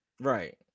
Right